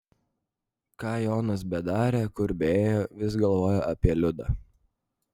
ką jonas bedarė kur beėjo vis galvojo apie liudą